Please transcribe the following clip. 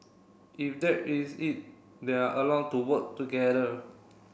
if that is it they are allowed to work together